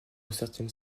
certaines